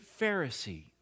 Pharisee